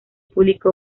publicó